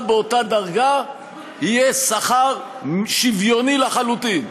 באותה דרגה יהיה שכר שוויוני לחלוטין,